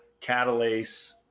catalase